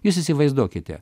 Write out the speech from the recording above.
jūs įsivaizduokite